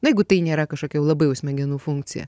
na jeigu tai nėra kažkokia jau labai jau smegenų funkcija